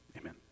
amen